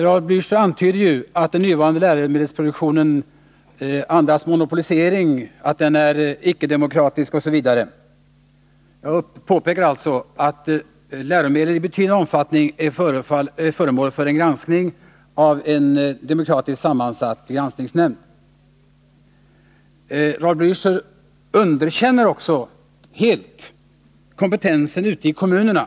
Raul Blächer antyder att den nuvarande läromedelsproduktionen andas monopolisering, är ickedemokratisk osv. Jag upprepar att läromedlen i betydande omfattning är föremål för granskning av en demokratiskt sammansatt granskningsnämnd. Raul Blächer underkänner också helt kompetensen hos de ansvariga ute i kommunerna.